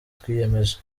twiyemeje